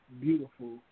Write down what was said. beautiful